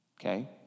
Okay